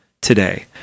today